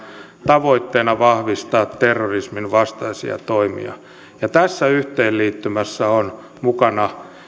tavoitteena vahvistaa terrorismin vastaisia toimia tässä yhteenliittymässä on mukana